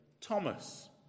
thomas